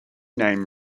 name